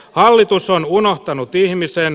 hallitus on unohtanut ihmisen